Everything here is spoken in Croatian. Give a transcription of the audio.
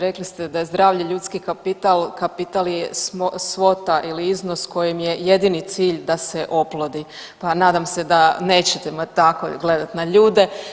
Rekli ste da je zdravlje ljudski kapital, kapital ili svota ili iznos kojem je jedini cilj da se oplodi, pa nadam se da nećete tako gledati na ljude.